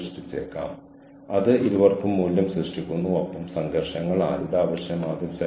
കൂടാതെ അത് ഒരു അധ്യാപകനെന്ന നിലയിൽ നിങ്ങളുടെ പ്രചോദനം വർദ്ധിപ്പിക്കുന്നു